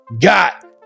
got